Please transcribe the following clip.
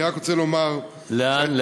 אני רק רוצה לומר, לאן?